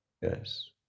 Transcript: Yes